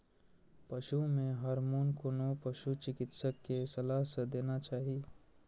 पशु मे हार्मोन कोनो पशु चिकित्सक के सलाह सं देना चाही